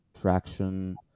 traction